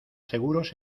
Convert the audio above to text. seguros